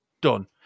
done